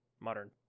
modern